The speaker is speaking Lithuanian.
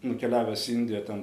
nukeliavęs į indiją ten